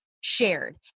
shared